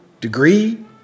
degree